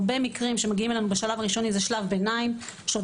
הרבה מקרים שמגיעים אלינו בשלב הראשוני זה שלב ביניים שעוד